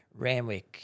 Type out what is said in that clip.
ramwick